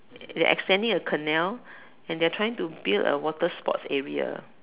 they are extending a canal and they are trying to build a water sports area